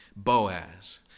Boaz